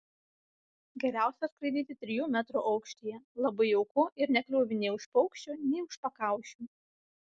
geriausia skraidyti trijų metrų aukštyje labai jauku ir nekliūvi nei už paukščių nei už pakaušių